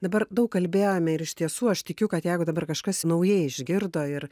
dabar daug kalbėjome ir iš tiesų aš tikiu kad jeigu dabar kažkas naujai išgirdo ir